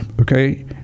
okay